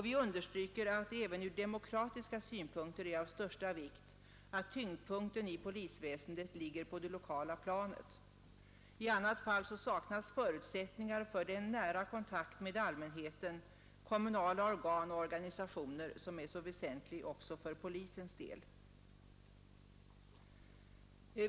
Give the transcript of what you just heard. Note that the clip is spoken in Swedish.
Vi understryker att det även ur demokratiska synpunkter är av största vikt att tyngdpunkten i polisväsendet ligger på det lokala planet. I annat fall saknas förutsättningar för den nära kontakt med allmänheten, kommunala organ och organisationer som är så väsentlig också för polisen.